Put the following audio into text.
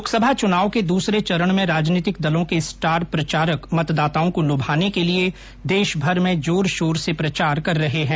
लोकसभा चुनाव के दूसरे चरण में राजनीतिक दलों के स्टार प्रचारक मतदाताओं को लुभाने के लिए देशभर में जोर शोर से प्रचार कर रहे है